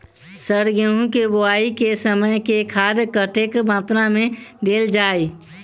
Sir गेंहूँ केँ बोवाई केँ समय केँ खाद कतेक मात्रा मे देल जाएँ?